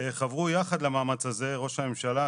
חברו יחד למאמץ הזה ראש הממשלה,